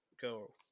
Go